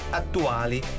attuali